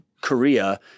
Korea